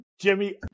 Jimmy